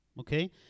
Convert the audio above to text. okay